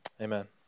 amen